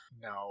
no